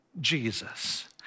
Jesus